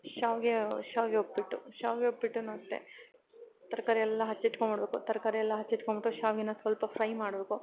ಶಾವಿಗೆ ಶಾವಿಗೆ ಉಪ್ಪಿಟ್ಟು ಶಾವಿಗೆ ಉಪ್ಪಿಟ್ಟೂನು ಅಷ್ಟೇ ತರಕಾರಿಯೆಲ್ಲ ಹಚ್ಚಿಟ್ಕೊಂಡ್ಬಿಡ್ಬೇಕು ತರಕಾರಿಯೆಲ್ಲ ಹಚ್ಚಿಟ್ಕೊಂಡ್ಬಿಟ್ಟು ಶಾವಿಗೇನ ಸ್ವಲ್ಪ ಫ್ರೈ ಮಾಡಬೇಕು